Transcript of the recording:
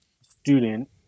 student